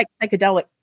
psychedelic